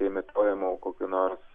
imituojama kokių nors